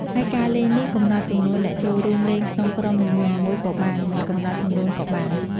ហើយការលេងនេះ កំណត់ចំនួនអ្នកចូលរួមលេងក្នុងក្រុមនីមួយៗក៏បានមិនកំណត់ចំនួនក៏បាន។